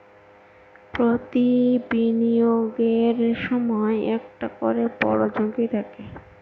প্রতি বিনিয়োগের সময় একটা করে বড়ো ঝুঁকি থাকে